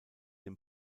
dem